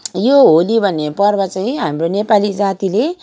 यो होली भन्ने पर्व चाहिँ हाम्रो नेपाली जातिले